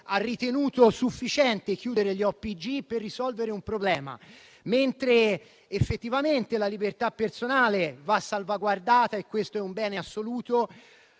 ha ritenuto sufficiente chiudere gli OPG per risolvere un problema. Mentre effettivamente la libertà personale va salvaguardata, perché è un bene assoluto,